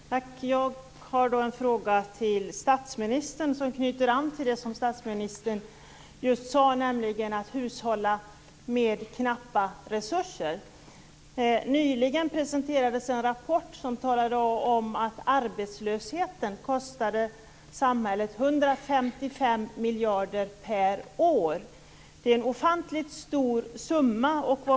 Fru talman! Jag har en fråga till statsministern som knyter an till det han just sade, nämligen att hushålla med knappa resurser. Nyligen presenterades en rapport som talade om att arbetslösheten kostar samhället 155 miljarder kronor per år. Det är en ofantligt stor summa.